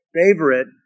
favorite